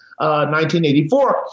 1984